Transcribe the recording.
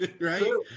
Right